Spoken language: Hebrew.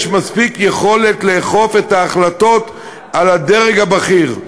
יש מספיק יכולת לאכוף את ההחלטות על הדרג הבכיר.